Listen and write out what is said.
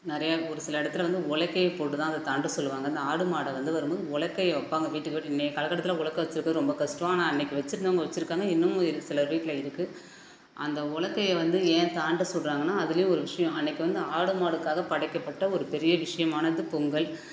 நிறையா ஒரு சில இடத்துல வந்து உலக்கைய போட்டு தான் அதை தாண்ட சொல்லுவாங்க அந்த ஆடு மாடை வந்து வரும் போது உலக்கைய வைப்பாங்க வீட்டுக்கு வீடு இன்றைய காலக்கட்டத்தில் உலக்கை வச்சுருக்குறது ரொம்ப கஷ்டம் ஆனால் அன்றைக்கி வச்சுருந்தவங்க வச்சுருக்காங்க இன்னமும் இருக்குது சிலர் வீட்டில் இருக்குது அந்த உலக்கைய வந்து ஏன் தாண்ட சொல்கிறாங்கனா அதுலையும் ஒரு விஷயோம் அன்றைக்கு வந்து ஆடு மாடுக்காக படைக்கப்பட்ட ஒரு பெரிய விஷயமானது பொங்கல்